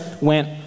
went